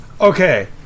Okay